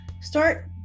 start